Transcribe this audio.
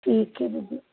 ਠੀਕ ਹੈ ਦੀਦੀ